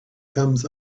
comes